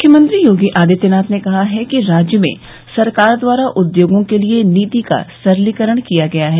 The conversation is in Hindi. मुख्यमंत्री योगी आदित्यनाथ ने कहा है कि राज्य में सरकार द्वारा उद्योगों के लिये नीति का सरलीकरण किया गया है